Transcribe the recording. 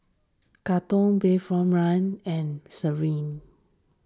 Katong Bayfront Link and Serene